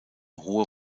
hohe